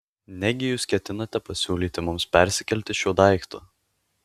negi jūs ketinate pasiūlyti mums persikelti šiuo daiktu